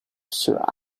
sir